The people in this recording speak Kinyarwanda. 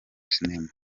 cinema